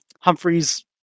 Humphrey's